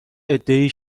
عدهای